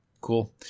Cool